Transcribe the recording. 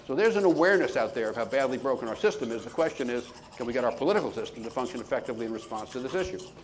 so there's an awareness out there of how badly broken our system is. the question is can we get our political system to function effectively in response to this issue.